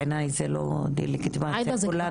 בעיניי זה לא דה לגיטימציה של המפגינים,